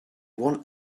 want